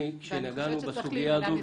כאשר נגענו סוגיה הזאת,